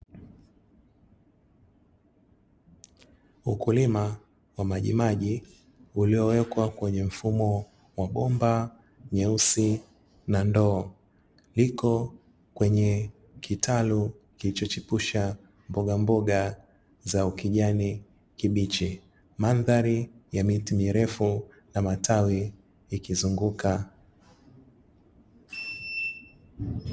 Ukulima wa majimaji uliowekwa kwenye mfumo wa bomba nyeusi na ndoo, iko kwenye kitalu kilichochipusha mbogamboga za ukijani kibichi. Mandhari ya miti mirefu na matawi ikizunguka.